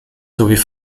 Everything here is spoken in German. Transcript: sowie